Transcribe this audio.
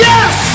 Yes